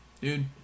dude